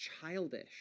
childish